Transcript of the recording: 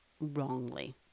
wrongly